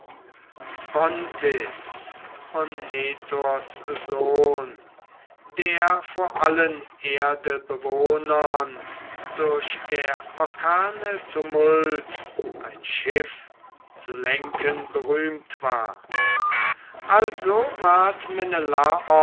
onetors sohn der vor allen erdebewohnern durch der orkane tumult ein schiff zu lenken berühmt war also ward